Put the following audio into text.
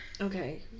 Okay